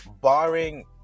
barring